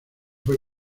fue